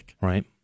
Right